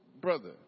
brother